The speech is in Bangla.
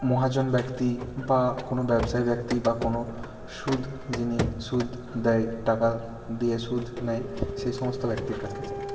মহাজন ব্যক্তি বা কোনো ব্যবসায়ী ব্যক্তি বা কোনো সুদ যিনি সুদ দেয় টাকা দিয়ে সুদ নেয় সেই সমস্ত ব্যক্তির কাছকে যায়